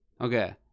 Okay